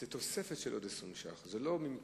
זו תוספת של 20 שקלים, לא במקום